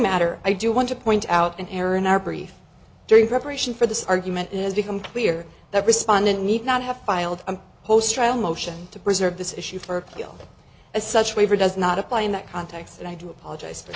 matter i do want to point out an error in our brief during preparation for this argument is become clear that respondent need not have filed a post trial motion to preserve this issue for as such waiver does not apply in that context and i do apologize